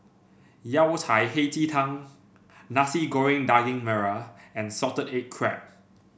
Yao Cai Hei Ji Tang Nasi Goreng Daging Merah and Salted Egg Crab